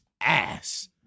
ass